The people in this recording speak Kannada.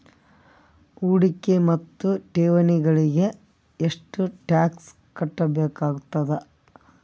ಹೂಡಿಕೆ ಮತ್ತು ಠೇವಣಿಗಳಿಗ ಎಷ್ಟ ಟಾಕ್ಸ್ ಕಟ್ಟಬೇಕಾಗತದ?